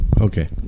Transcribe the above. Okay